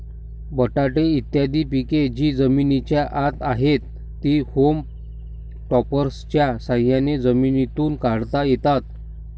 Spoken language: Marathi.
बटाटे इत्यादी पिके जी जमिनीच्या आत आहेत, ती होम टॉपर्सच्या साह्याने जमिनीतून काढता येतात